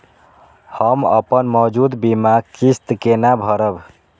हम अपन मौजूद बीमा किस्त केना भरब?